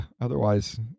Otherwise